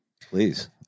Please